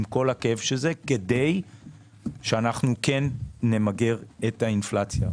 עם כל הכאב, כדי שנמגר את האינפלציה.